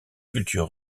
culture